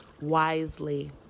wisely